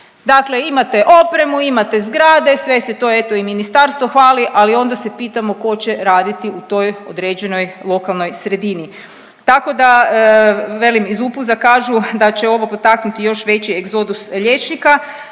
Dakle, imate opremu, imate zgradu sve se to eto i ministarstvo hvali, ali onda se pitamo tko će raditi u toj određenoj lokalnoj sredini. Tako da velim iz UPUZ-a kažu da će ovo potaknuti još veći egzodus liječnika,